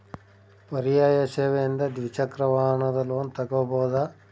ಪರ್ಯಾಯ ಸೇವೆಯಿಂದ ದ್ವಿಚಕ್ರ ವಾಹನದ ಲೋನ್ ತಗೋಬಹುದಾ?